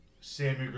Sammy